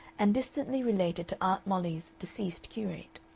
and distantly related to aunt mollie's deceased curate.